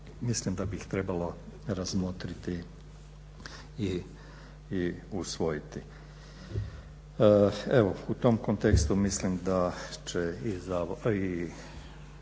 Mislim da bi ih trebalo razmotriti i usvojiti. Evo, u tom kontekstu mislim da će i